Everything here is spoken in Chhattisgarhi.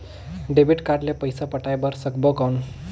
डेबिट कारड ले पइसा पटाय बार सकबो कौन?